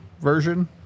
version